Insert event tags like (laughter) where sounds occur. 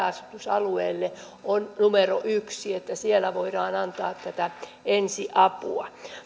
(unintelligible) asutusalueelle on numero yksi että siellä voidaan antaa tätä ensiapua